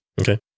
Okay